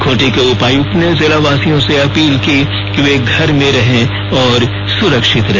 खुंटी के उपायुक्त ने जिलावासियों से अपील की कि वे घर में रहे और सुरक्षित रहे